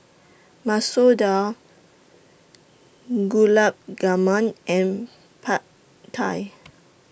Masoor Dal Gulab and Pad Thai